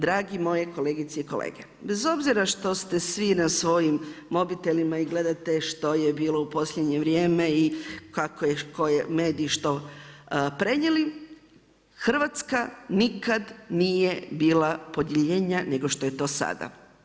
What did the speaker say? Dragi moji kolegice i kolege, bez obzira što ste svi na svojim mobitelima i gledate što je bilo u posljednje vrijeme i kako su koji mediji što prenijeli Hrvatska nikada nije bila podijeljenija nego što je to sada.